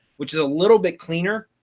which is a little bit cleaner.